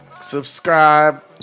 subscribe